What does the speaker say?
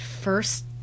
first